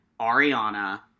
Ariana